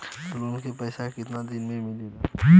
Loan के पैसा कितना दिन मे मिलेला?